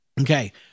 Okay